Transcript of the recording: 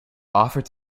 offered